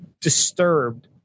disturbed